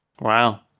Wow